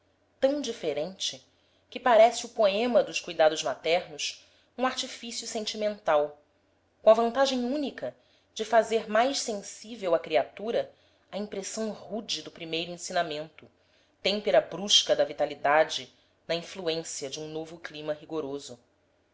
tão diferente que parece o poema dos cuidados maternos um artifício sentimental com a vantagem única de fazer mais sensível a criatura à impressão rude do primeiro ensinamento têmpera brusca da vitalidade na influência de um novo clima rigoroso